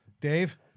Dave